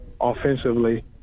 offensively